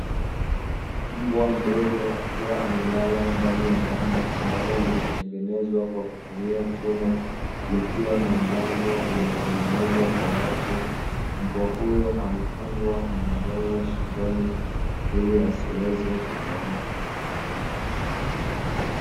Mbwa mdogo akiwa amelala ndani ya banda ambalo limetengenezwa kwa kutumia chuma likiwa na mlango uliotengenezwa kwa wavu. Mbwa huyo amefungwa mnyororo shingoni ili asiweze kutoroka.